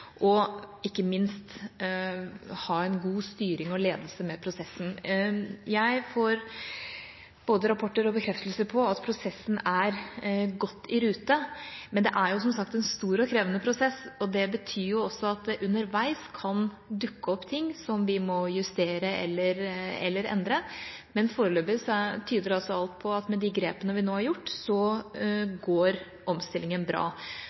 og, ikke minst, gi en god styring og ledelse av prosessen. Jeg får både rapporter og bekreftelser på at prosessen er godt i rute, men det er, som sagt, en stor og krevende prosess, og det betyr også at det underveis kan dukke opp ting som vi må justere eller endre. Men foreløpig tyder altså alt på at omstillinga, med de grepene vi nå har gjort, går bra.